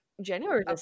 January